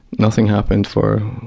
nothing happened for